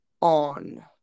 On